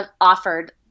offered